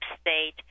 state